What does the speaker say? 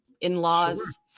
in-laws